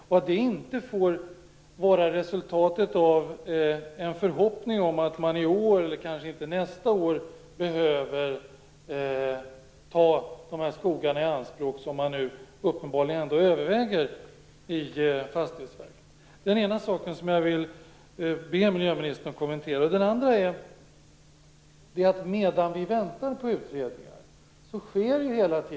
Det får inte bara vara resultatet av en förhoppning om att man inte i år eller nästa år behöver ta de här skogarna i anspråk, vilket Fastighetsverket uppenbarligen nu ändå överväger. En annan sak som jag ber miljöministern kommentera är att det hela tiden sker någonting medan vi väntar på utredningarna.